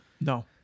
No